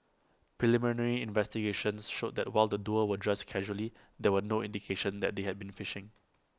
preliminary investigations showed that while the duo were dressed casually there were no indication that they had been fishing